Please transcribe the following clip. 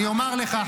--- אני אומר לך,